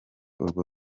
urwo